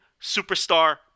superstar